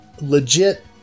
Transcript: legit